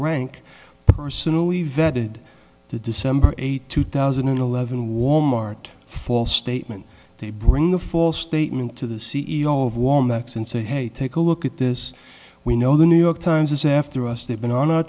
rank personally vetted the december eighth two thousand and eleven wal mart false statement they bring the false statement to the c e o of warm x and say hey take a look at this we know the new york times is after us they've been